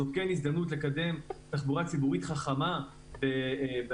זאת כן הזדמנות לקדם תחבורה ציבורית חכמה באזורים